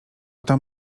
tam